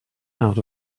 out